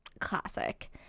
classic